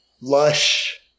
lush